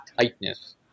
tightness